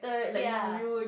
ya